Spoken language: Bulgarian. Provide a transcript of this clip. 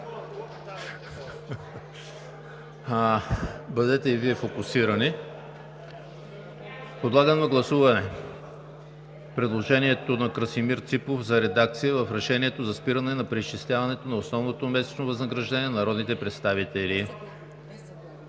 ЕМИЛ ХРИСТОВ: Подлагам на гласуване предложението на Красимир Ципов за редакция в Решението за спиране на преизчисляване на основното месечно възнаграждение на народните представители.